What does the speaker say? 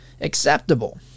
acceptable